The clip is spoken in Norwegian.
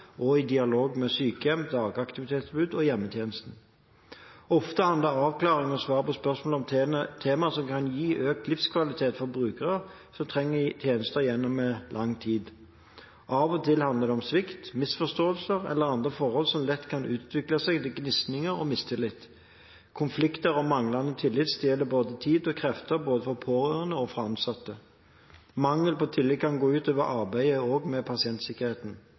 og i dialog med sykehjem, dagaktivitetstilbud og hjemmetjeneste. Ofte handler avklaring og svar på spørsmål om temaer som kan gi økt livskvalitet for brukere som trenger tjenester gjennom lang tid. Av og til handler det om svikt, misforståelser eller andre forhold som lett kan utvikle seg til gnisninger og mistillit. Konflikter og manglende tillit stjeler både tid og krefter fra både pårørende og ansatte. Mangel på tillit kan òg gå utover arbeidet med pasientsikkerheten.